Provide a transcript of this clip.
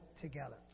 together